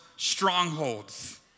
Strongholds